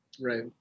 Right